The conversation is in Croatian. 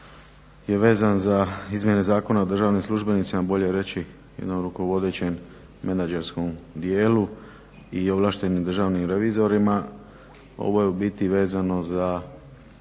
ovo je u biti vezano za